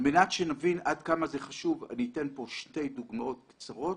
על מנת שנבין עד כמה זה חשוב אני אתן פה שתי דוגמאות קצרות.